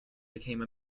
became